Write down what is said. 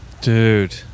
Dude